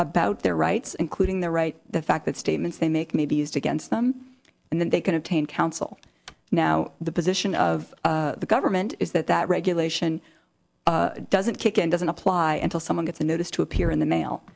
about their rights including their right the fact that statements they make may be used against them and then they can obtain counsel now the position of the government is that that regulation doesn't kick in doesn't apply until someone gets a notice to appear in the mail